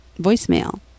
voicemail